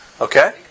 Okay